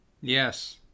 Yes